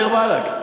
דיר-באלכ.